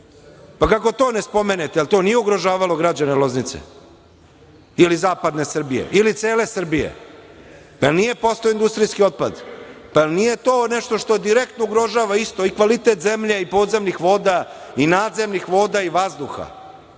god. Kako to ne spomenete? Jel to nije ugrožavalo građane Loznice ili zapadne Srbije ili cele Srbije? Jel nije postojao industrijski otpad? Jel nije to nešto što direktno ugrožava kvalitet zemlje i podzemnih voda i nadzemnih voda i vazduha?